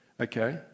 Okay